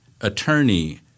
attorney